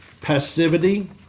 passivity